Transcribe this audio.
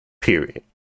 Period